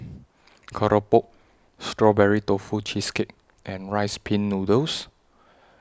Keropok Strawberry Tofu Cheesecake and Rice Pin Noodles